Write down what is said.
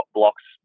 blocks